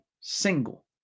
single